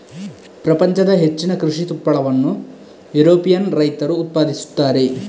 ಪ್ರಪಂಚದ ಹೆಚ್ಚಿನ ಕೃಷಿ ತುಪ್ಪಳವನ್ನು ಯುರೋಪಿಯನ್ ರೈತರು ಉತ್ಪಾದಿಸುತ್ತಾರೆ